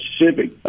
Mississippi